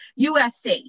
USC